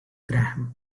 graham